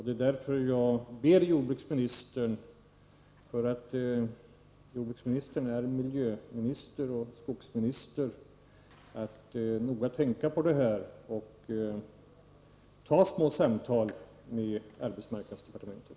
Det är därför jag ber jordbruksministern, som är miljöminister och skogsminister, att noga tänka på det här och ta upp små samtal med arbetsmarknadsdepartementet.